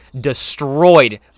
destroyed